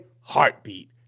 heartbeat